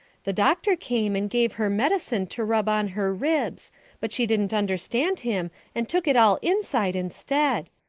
the doctor came and gave her medicine to rub on her ribs but she didn't under stand him and took it all inside instead.